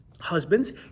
Husbands